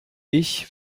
ich